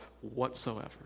whatsoever